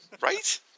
Right